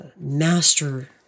master